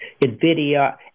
NVIDIA